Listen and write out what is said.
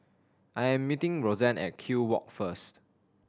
I am meeting Rosanne at Kew Walk first